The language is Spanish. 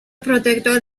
protector